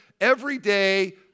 everyday